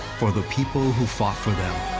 for the people who fought for them.